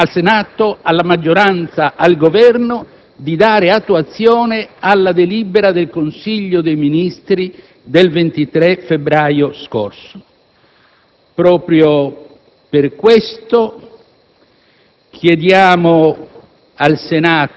chiediamo ora al Senato, alla maggioranza e al Governo di dare attuazione alla delibera del Consiglio dei ministri del 23 febbraio scorso. Proprio per questo,